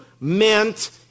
meant